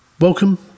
Welcome